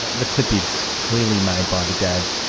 the clip is clearly made by the dad